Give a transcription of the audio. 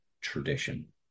tradition